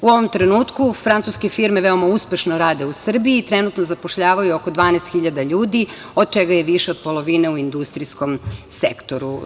U ovom trenutku francuske firme veoma uspešno rade u Srbiji, trenutno zapošljavaju oko 12.000 ljudi, od čega je više od polovine u industrijskom sektoru.